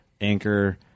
anchor